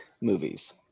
movies